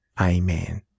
Amen